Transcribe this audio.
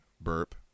burp